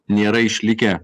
nėra išlikę